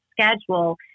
schedule